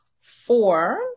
four